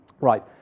Right